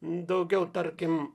daugiau tarkim